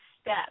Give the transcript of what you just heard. step